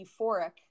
euphoric